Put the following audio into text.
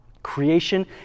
Creation